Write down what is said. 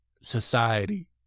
Society